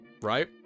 Right